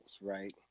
right